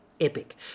Epic